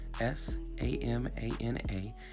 S-A-M-A-N-A